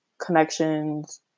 connections